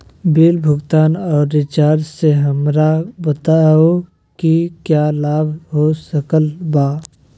Bill भुगतान और recharge से हमरा बताओ कि क्या लाभ हो सकल बा?